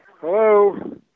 Hello